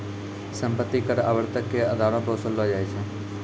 सम्पति कर आवर्तक के अधारो पे वसूललो जाय छै